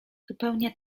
zupełnie